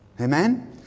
Amen